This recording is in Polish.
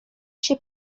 się